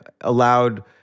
allowed